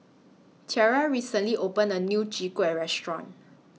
Thyra recently opened A New Chwee Kueh Restaurant